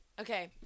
Okay